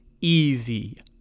easy